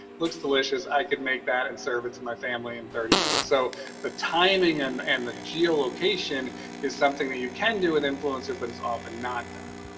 looks delicious. i could make that and serve it to my family in thirty minutes so the timing and and the geolocation is something that you can do with influencer, but it's often not done.